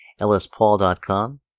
EllisPaul.com